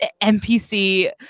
NPC